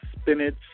spinach